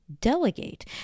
delegate